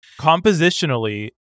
compositionally